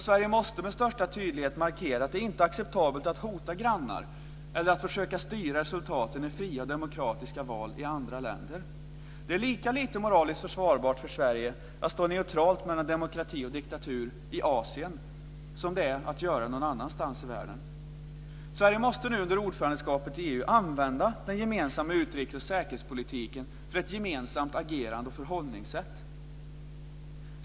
Sverige måste med största tydlighet markera att det inte är acceptabelt att hota grannar eller att försöka styra resultaten i fria demokratiska val i andra länder. Det är lika lite moraliskt försvarbart för Sverige att stå neutralt mellan demokrati och diktatur i Asien som det är att göra det någon annanstans i världen. Under ordförandeskapet i EU måste Sverige använda den gemensamma utrikes och säkerhetspolitiken för ett gemensamt agerande och ett gemensamt förhållningssätt.